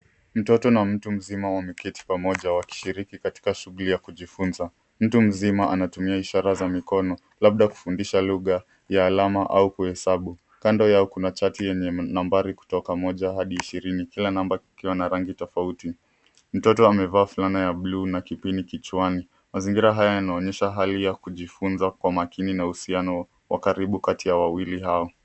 Mtoto na mtu mzima wameketi pamoja wakishiriki katika shughuli ya kujifunza. Mtu mzima anatumia ishara za mikono labda kufundisha lugha ya alama au kuhesabu. Kando yao kuna chati yenye nambari kutoka moja hadi ishirini kila namba ikiwa na rangi tofauti. Mtoto amevaa fulana ya buluu na kipini kichwani. Mazingira haya yanaonyesha hali ya kujifunza kwa makini na uhusiano wa karibu kati ya wawili hao.